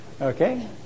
Okay